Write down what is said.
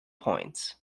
points